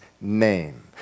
name